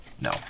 No